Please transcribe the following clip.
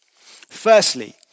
Firstly